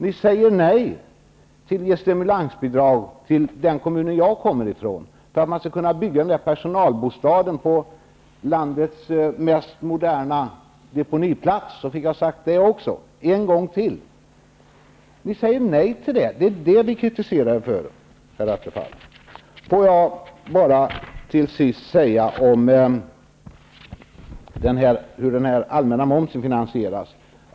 Ni säger nej till stimulansbidrag till den kommun som jag kommer ifrån, stimulansbidrag för att man skall kunna bygga personalbostäder på landets mest moderna deponiplats. Nu fick jag sagt det också, en gång till. Ni säger nej till det. Det är detta vi kritiserar er för. Till sist vill jag säga ett par ord om hur den allmänna momssänkningen finansieras.